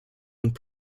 und